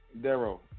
Darrow